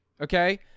okay